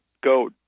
go